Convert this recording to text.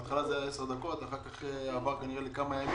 בהתחלה זה היה 10 דקות ואחר-כך זה עבר לכמה ימים